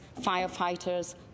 firefighters